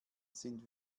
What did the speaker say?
sind